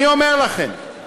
אני אומר לכם,